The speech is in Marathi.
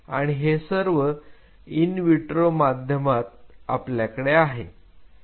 आणि हे सर्व इनविट्रो माध्यमात आपल्याकडे आहे